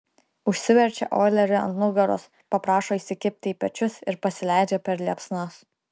užsiverčia oilerį ant nugaros paprašo įsikibti į pečius ir pasileidžia per liepsnas